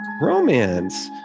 romance